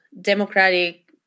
Democratic